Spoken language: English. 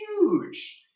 huge